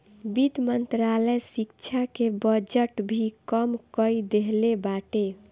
वित्त मंत्रालय शिक्षा के बजट भी कम कई देहले बाटे